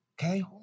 okay